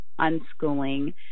unschooling